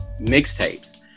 mixtapes